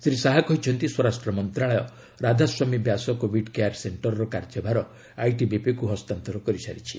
ଶ୍ରୀ ଶାହା କହିଛନ୍ତି ସ୍ୱରାଷ୍ଟ୍ର ମନ୍ତ୍ରଣାଳୟ ରାଧାସ୍ୱାମୀ ବ୍ୟାସ କୋଭିଡ୍ କେୟାର ସେଶ୍ଚରର କାର୍ଯ୍ୟଭାର ଆଇଟିବିକୁ ହସ୍ତାନ୍ତର କରିସାରିଛି